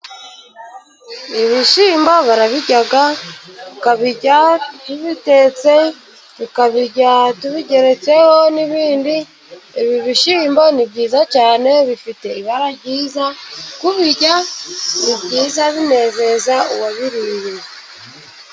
Ibishimbo barabirya, tukabirya tubitetse, tukabirya tubigeretseho n'ibindi, ibi bishyimbo ni byiza cyane, bifite ibara ryiza, kubirya ni byiza binezeza uwabiriye.